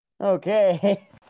Okay